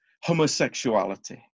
homosexuality